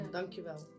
dankjewel